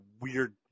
weird